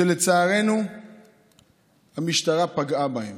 שלצערנו המשטרה פגעה בהם.